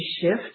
shift